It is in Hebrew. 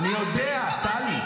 אני יודע, טלי.